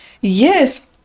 Yes